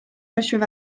monsieur